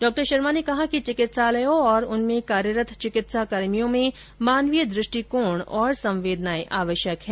डॉशर्मा ने कहा कि चिकित्सालयो और उनमें कार्यरत चिकित्सा कर्मियों में मानवीय दृष्टिकोण और संवेदनाए आवश्यक है